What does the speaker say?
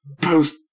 post